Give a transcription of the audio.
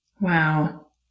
Wow